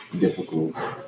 difficult